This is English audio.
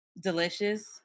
Delicious